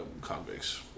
convicts